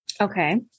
okay